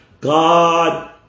god